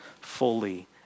fully